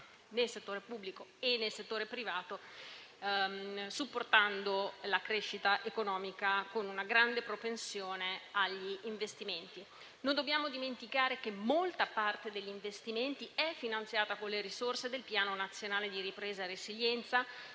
nel settore pubblico e nel settore privato, supportando la crescita economica con una grande propensione agli investimenti. Non dobbiamo dimenticare che molta parte degli investimenti è finanziata con le risorse del Piano nazionale di ripresa e resilienza.